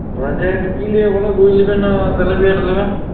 budget কি নেবে বলো রুই নিবে না তেলাপিয়াটা নেবে